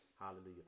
Hallelujah